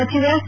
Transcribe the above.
ಸಚಿವ ಸಿ